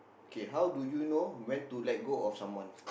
okay how do you know when to let go of someone